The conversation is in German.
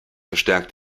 verstärkt